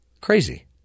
Crazy